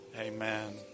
Amen